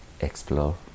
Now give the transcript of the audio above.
explore